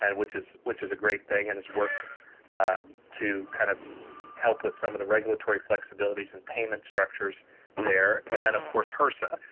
and which is which is a great thing and has worked to kind of help with some of the regulatory flexibilities in payment structures there. and then of course hrsa,